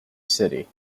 city